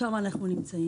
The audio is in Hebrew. שם אנחנו נמצאים.